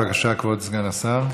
בבקשה, כבוד סגן השר.